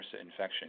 infection